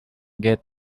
get